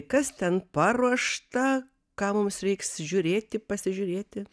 kas ten paruošta ką mums reiks žiūrėti pasižiūrėti